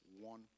one